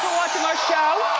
our show.